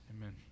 Amen